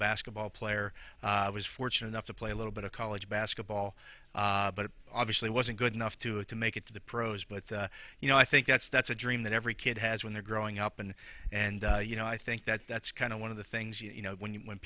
basketball player i was fortunate enough to play a little bit of college basketball but obviously wasn't good enough to it to make it to the pros but you know i think that's that's a dream that every kid has when they're growing up and and you know i think that that's kind of one of the things you know when you when